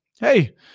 hey